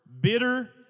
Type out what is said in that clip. bitter